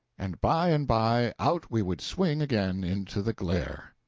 and by and by out we would swing again into the glare.